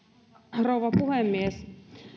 rouva puhemies